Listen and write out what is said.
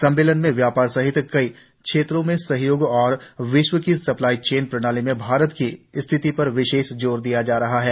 सम्मेलन में व्यापार सहित कई क्षेत्रों में सहयोग और विश्व की सप्लाई चेन प्रणाली में भारत की स्थिति पर विशेष जोर दिया जा रहा है